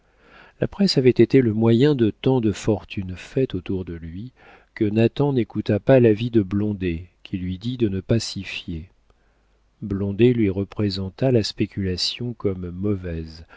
la presse avait été le moyen de tant de fortunes faites autour de lui que nathan n'écouta pas l'avis de blondet qui lui dit de ne pas s'y fier blondet lui représenta la spéculation comme mauvaise